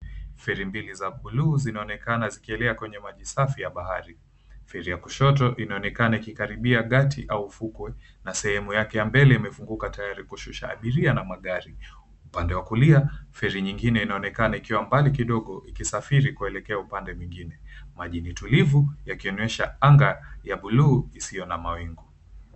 Feri mbili za buluu zinaonekana zikielea kwenye maji safi ya bahari. Feri ya kushoto inaonekana ikikaribia gati au ufukwe na sehemu yake ya mbele imefunguka tayari kushusha abiria na magari. Upande wa kulia feri nyingine inaonekana ikiwa mbali kidogo ikisafiri kuelekea upande mwingine. Maji ni tulivu yakionyesha anga ya buluu isio na mawingu.